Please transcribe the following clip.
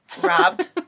Robbed